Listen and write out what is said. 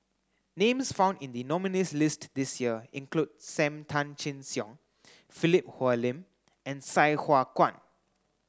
names found in the nominees' list this year include Sam Tan Chin Siong Philip Hoalim and Sai Hua Kuan